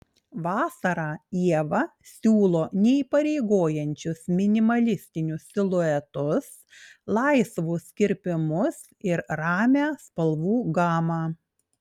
vasarą ieva siūlo neįpareigojančius minimalistinius siluetus laisvus kirpimus ir ramią spalvų gamą